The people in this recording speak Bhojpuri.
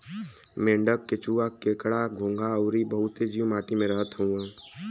मेंढक, केंचुआ, केकड़ा, घोंघा अउरी बहुते जीव माटी में रहत हउवन